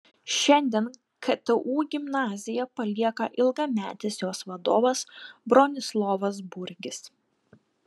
šiandien ktu gimnaziją palieka ilgametis jos vadovas bronislovas burgis